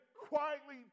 quietly